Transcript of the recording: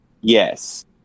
Yes